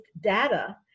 data